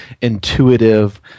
intuitive